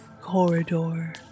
corridor